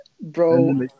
bro